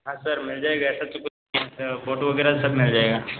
हाँ सर मिल जाएगा ऐसा तो कुछ फ़ोटो वग़ैरह सब मिल जाएगा